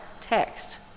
text